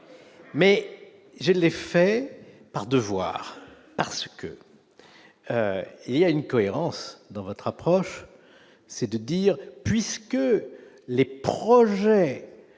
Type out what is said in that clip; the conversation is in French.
mais je les fais par devoir parce que il y a une. Cohérence dans votre approche, c'est de dire, puisque les projets